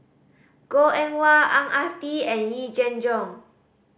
Goh Eng Wah Ang Ah Tee and Yee Jenn Jong